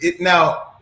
now